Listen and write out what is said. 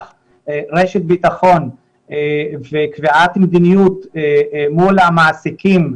רשת ביטחון וקביעת מדיניות מול המעסיקים,